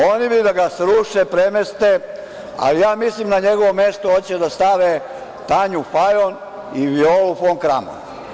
Oni bi da ga sruše, premeste, ali ja mislim da na njegovo mesto hoće da stave Tanju Fajon i Violu fon Kramon.